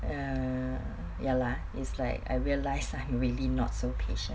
err ya lah it's like I realise I'm really not so patient